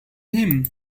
him